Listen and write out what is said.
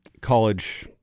college